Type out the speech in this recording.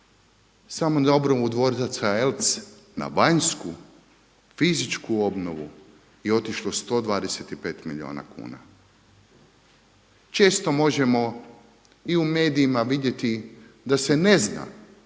Samo na obnovu dvorca Eltz na vanjsku fizičku obnovu je otišlo 125 milijuna kuna. Često možemo i u medijima vidjeti da se ne zna